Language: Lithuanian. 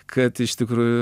kad iš tikrųjų